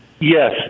Yes